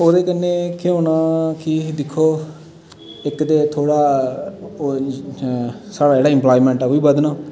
ओह्दे कन्नै केह् होना की दिक्खो इक ते थोह्ड़ा होर साढा जेह्डा एम्प्लोय्मेंट ओह् बी बद्दना